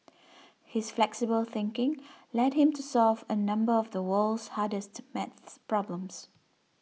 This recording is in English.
his flexible thinking led him to solve a number of the world's hardest maths problems